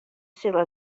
sille